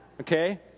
Okay